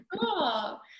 Cool